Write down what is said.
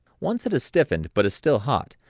once it has stiffened but it still hot,